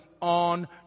on